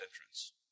entrance